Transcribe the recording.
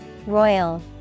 Royal